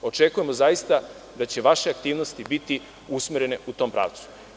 Očekujemo da će vaše aktivnosti biti usmerene u tom pravcu.